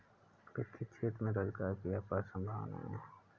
वित्तीय क्षेत्र में रोजगार की अपार संभावनाएं हैं